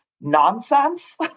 nonsense